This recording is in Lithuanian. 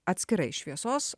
atskirai šviesos